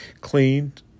cleaned